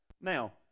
Now